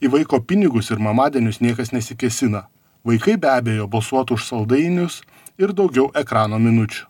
į vaiko pinigus ir mamadienius niekas nesikėsina vaikai be abejo balsuotų už saldainius ir daugiau ekrano minučių